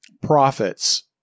profits